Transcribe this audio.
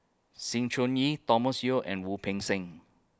Sng Choon Yee Thomas Yeo and Wu Peng Seng